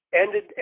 Ended